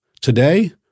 Today